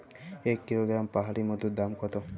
এক কিলোগ্রাম পাহাড়ী মধুর দাম কত?